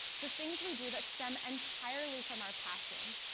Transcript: the things we do that stem entirely from our passions,